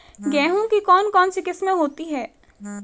गेहूँ की कौन कौनसी किस्में होती है?